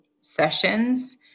sessions